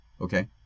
Okay